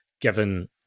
given